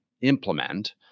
implement